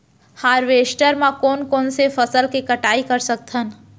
Harvester म कोन कोन से फसल के कटाई कर सकथन?